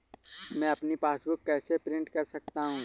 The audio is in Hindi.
मैं अपनी पासबुक कैसे प्रिंट कर सकता हूँ?